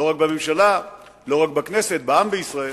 לא רק בממשלה, לא רק בכנסת, בעם בישראל,